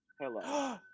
Hello